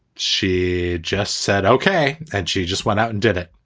she just said, ok. and she just went out and did it.